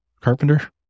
carpenter